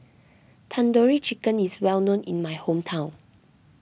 Tandoori Chicken is well known in my hometown